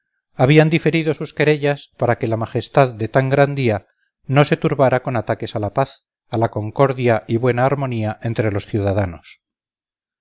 habían diferido sus querellas para que la majestad de tan gran día no se turbara con ataques a la paz a la concordia y buena armonía entre los ciudadanos